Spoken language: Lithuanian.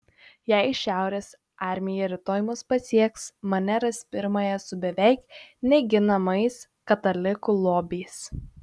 jei šiaurės armija rytoj mus pasieks mane ras pirmąją su beveik neginamais katalikų lobiais